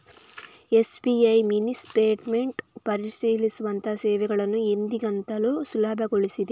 SBI mini statement ಪರಿಶೀಲಿಸುವಂತಹ ಸೇವೆಗಳನ್ನು ಎಂದಿಗಿಂತಲೂ ಸುಲಭಗೊಳಿಸಿದೆ